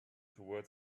toward